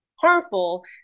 Harmful